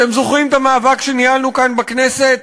אתם זוכרים את המאבק שניהלנו כאן בכנסת